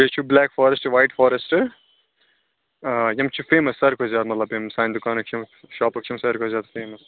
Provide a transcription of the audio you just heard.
بیٚیہِ چھُ black forest white forest یِم چھِ فیمس ساروی کھۄتہٕ زیادٕ مطلب یِم سانہِ دُکانٕکۍ چھِ یِم شاپُک چھِ یِم ساروی کھۄتہٕ زیادٕ فیمَس